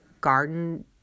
garden